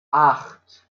acht